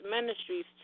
ministries